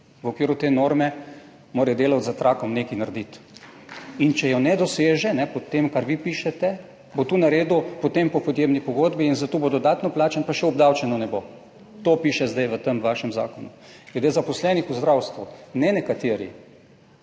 v okviru te norme mora delavec za trakom nekaj narediti in če jo ne doseže, po tem, kar vi pišete, bo to naredil potem po podjemni pogodbi in zato bo dodatno plačan, pa še obdavčeno ne bo. To piše zdaj v tem vašem zakonu. Glede zaposlenih v zdravstvu, ne nekateri,